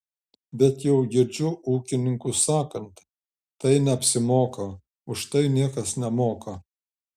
bet jau girdžiu ūkininkus sakant tai neapsimoka už tai niekas nemoka